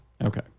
Okay